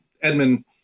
Edmund